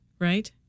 right